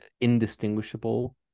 indistinguishable